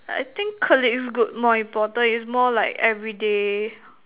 I think colleague is good more important is more like everyday